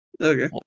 Okay